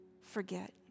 forget